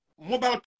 mobile